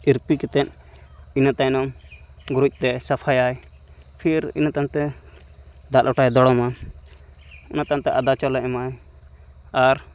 ᱛᱤᱨᱯᱤ ᱠᱟᱛᱮᱫ ᱤᱱᱟᱹ ᱛᱟᱭᱱᱚᱢ ᱜᱩᱨᱤᱡᱛᱮ ᱥᱟᱯᱷᱟᱭᱟᱭ ᱯᱷᱤᱨ ᱤᱱᱟᱹ ᱛᱟᱭᱚᱢᱛᱮ ᱫᱟᱜ ᱞᱚᱴᱟᱭ ᱫᱚᱲᱚᱢᱟ ᱚᱱᱟ ᱛᱟᱭᱚᱢᱛᱮ ᱟᱫᱟᱪᱚᱞᱮ ᱮᱢᱟᱜ ᱟᱭ ᱟᱨ